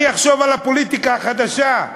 אני אחשוב על הפוליטיקה החדשה,